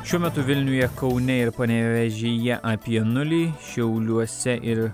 šiuo metu vilniuje kaune ir panevėžyje apie nulį šiauliuose ir